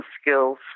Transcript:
skills